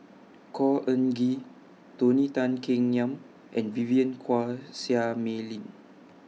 Khor Ean Ghee Tony Tan Keng Yam and Vivien Quahe Seah Mei Lin